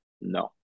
no